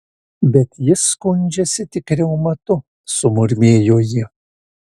bet jis skundžiasi tik reumatu sumurmėjo ji